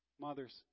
Mothers